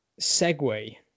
segue